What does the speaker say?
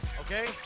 Okay